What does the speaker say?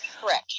correct